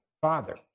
Father